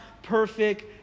Perfect